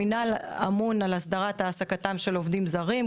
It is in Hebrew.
המנהל אמון על הסדרת העסקתם של עובדים זרים,